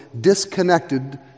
disconnected